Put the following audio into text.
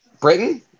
Britain